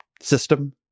system